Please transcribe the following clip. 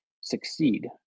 succeed